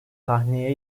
sahneye